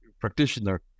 practitioner